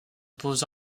pose